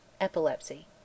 epilepsy